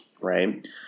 Right